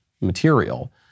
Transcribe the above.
material